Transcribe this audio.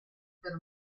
per